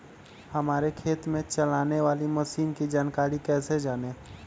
हमारे खेत में चलाने वाली मशीन की जानकारी कैसे जाने?